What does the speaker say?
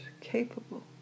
capable